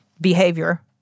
behavior